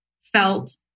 felt